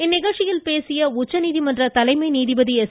இந்நிகழ்ச்சியில் பேசிய உச்சநீதிமன்ற தலைமை நீதிபதி எஸ்